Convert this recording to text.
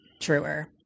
truer